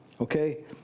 Okay